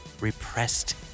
repressed